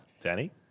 Danny